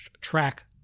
track